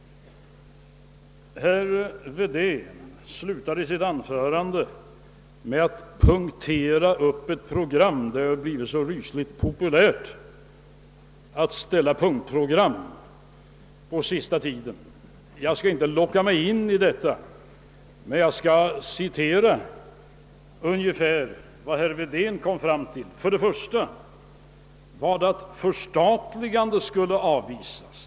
Herr Wedén slutade sitt anförande med att punktera upp ett program — det har blivit så populärt på senaste tiden att ställa upp punktprogram. Jag skall inte låta locka mig in på någonting sådant, men jag skall återge ungefär vad herr Wedén kom fram till. Den första punkten gällde att förstatligande skulle avvisas.